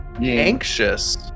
Anxious